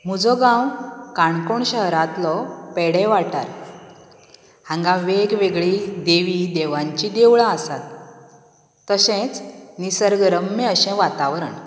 म्हजो गांव काणकोण शहरांतलो पेडे वाठार हांगा वेगवेगळी देवी देवांची देवळां आसात तशेंच निसर्ग रम्य अशें वातावरण